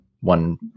one